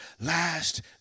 last